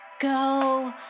Go